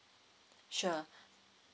sure